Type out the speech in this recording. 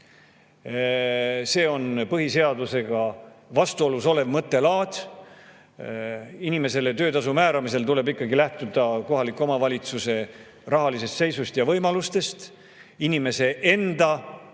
See on põhiseadusega vastuolus olev mõttelaad. Inimesele töötasu määramisel tuleb ikkagi lähtuda kohaliku omavalitsuse rahalisest seisust ja võimalustest, inimese enda